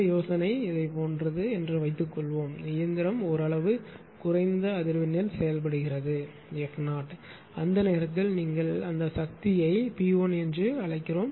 யோசனை இதைப் போன்றது என்று வைத்துக்கொள்வோம் இயந்திரம் ஓரளவு குறைந்த அதிர்வெண்ணில் செயல்படுகிறது f 0 அந்த நேரத்தில் நீங்கள் அந்த சக்தியை P 1 என்று அழைக்கிறோம்